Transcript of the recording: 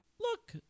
look